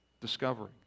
Discovering